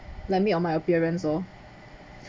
let me on my appearance hor